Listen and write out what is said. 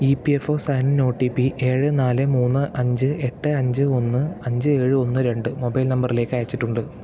E P F O sign in O T P ഏഴ് നാല് മൂന്ന് അഞ്ച് എട്ട് അഞ്ച് ഒന്ന് അഞ്ച് ഏഴ് ഒന്ന് രണ്ട് മൊബൈൽ നമ്പറിലേക്ക് അയച്ചിട്ടുണ്ട്